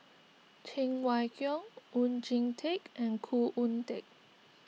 Cheng Wai Keung Oon Jin Teik and Khoo Oon Teik